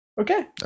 Okay